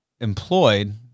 employed